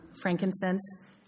frankincense